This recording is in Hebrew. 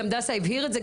גם דסה הבהיר את זה,